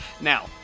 Now